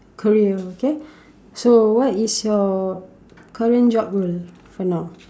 career okay so what is your current job role for now